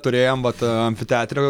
turėjom vat amfiteatre